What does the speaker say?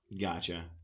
Gotcha